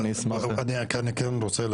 אני אשמח מאוד להיות שותף בקבלת ההחלטות